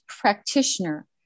practitioner